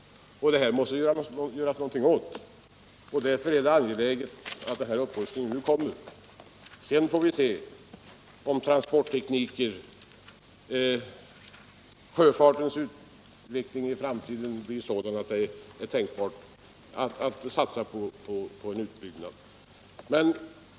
Det här måste man göra något åt, och därför är det angeläget att upprustningen nu blir av. Sedan får vi se om transporttekniken och sjöfartens utveckling i framtiden blir sådan att det är tänkbart att satsa på en utbyggnad.